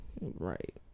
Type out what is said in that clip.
Right